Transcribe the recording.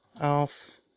Alf